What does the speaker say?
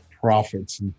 Profits